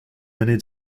many